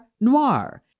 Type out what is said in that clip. Noir